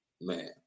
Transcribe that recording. Man